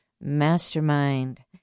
mastermind